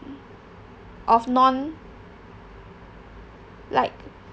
of non like